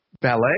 ballet